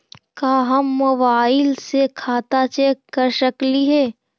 का हम मोबाईल से खाता चेक कर सकली हे?